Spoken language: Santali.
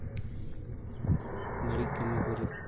ᱵᱟᱹᱲᱤᱡ ᱠᱟᱹᱢᱤ ᱠᱚᱨᱮ